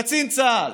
קצין צה"ל,